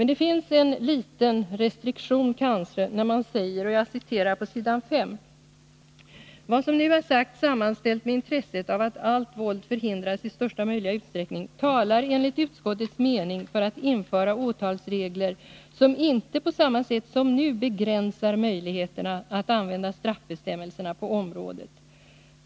Det finns kanske en liten restriktion, och här citerar jag några rader på s. 5: ”Vad som nu har sagts sammanställt med intresset av att allt våld förhindras i största möjliga utsträckning talar enligt utskottets mening för att införa åtalsregler som inte på samma sätt som nu begränsar möjligheterna att använda straffbestämmelserna på området.